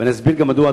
ואני אסביר גם מדוע,